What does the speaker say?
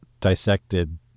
dissected